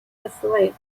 asleep